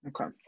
okay